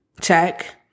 check